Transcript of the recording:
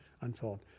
unfold